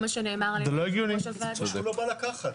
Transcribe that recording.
הוא לא בא לקחת.